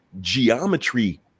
Geometry